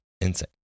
insane